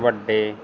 ਵੱਡੇ